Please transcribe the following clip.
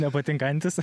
nepatinka antys